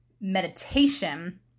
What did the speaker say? meditation